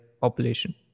population